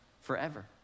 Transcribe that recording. forever